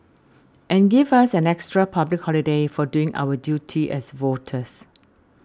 and give us an extra public holiday for doing our duty as voters